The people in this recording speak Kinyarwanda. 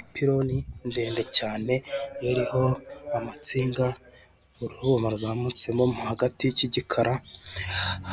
Ipironi ndende cyane iriho amatsinga urwuma ruzamutsemo mu hagati cy'igikara,